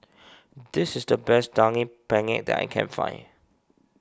this is the best Daging Penyet that I can find